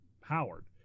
Howard